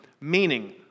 Meaning